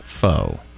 foe